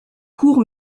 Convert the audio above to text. courts